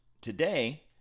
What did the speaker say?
today